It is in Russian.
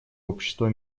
общества